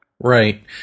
Right